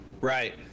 Right